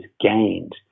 gained